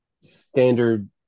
standard